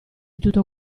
tutto